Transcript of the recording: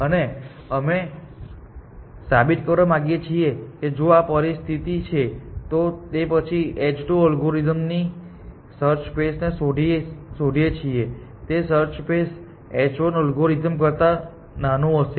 અને અમે સાબિત કરવા માંગીએ છીએ કે જો આ પરિસ્થિતિ છે તો પછી h2 અલ્ગોરિથમ થી સર્ચ સ્પેસ ને શોઘીએ છીએ તે સર્ચ સ્પેસ h1 અલગરોરીથમ કરતા નાનું હશે